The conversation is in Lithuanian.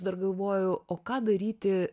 dar galvoju o ką daryti